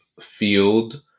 field